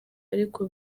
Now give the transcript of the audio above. ariko